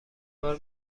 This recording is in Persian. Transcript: بار